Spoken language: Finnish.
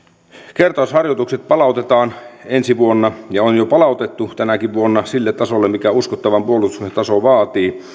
kertausharjoitukset palautetaan ensi vuonna ja on jo palautettu tänäkin vuonna sille tasolle mitä uskottavan puolustuksen taso vaatii